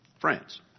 France